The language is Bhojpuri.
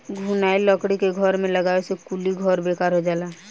घुनाएल लकड़ी के घर में लगावे से कुली घर बेकार हो जाला